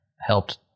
helped